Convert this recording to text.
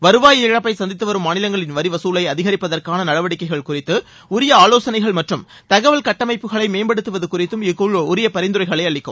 வருவாய் இழப்பை சந்தித்து வரும் மாநிலங்களின் வரிவசூலை அதிகரிப்பதற்கான நடவடிக்கைகள் குறித்து உரிய ஆலோசனைகள் மற்றும் தகவல் கட்டமைப்புகளை மேம்படுத்துவது குறித்தும் இக்குழு உரிய பரிந்துரைகளை அளிக்கும்